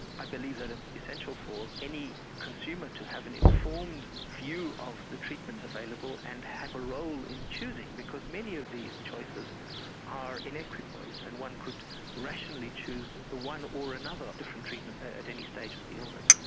i believe that it's essential for any consumer to have an informed view of the treatments available and have a role in choosing, because many of these choices are in equipoise and one could rationally choose one or another different treatment at any stage of the illness.